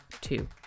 two